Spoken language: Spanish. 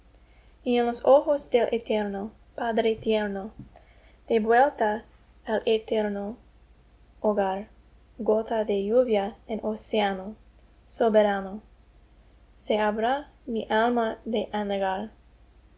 y en los ojos del eterno padre tierno de vuelta al eterno hogar gota de lluvia en océano soberano se habrá mi alma de